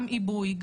גם עיבוי,